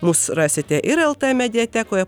mus rasite ir lt mediatekoje